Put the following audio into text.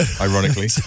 ironically